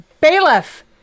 Bailiff